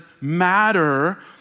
matter